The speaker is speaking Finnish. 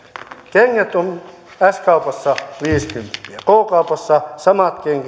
kengät ovat s kaupassa viisikymppiä k kaupassa samat